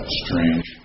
strange